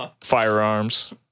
firearms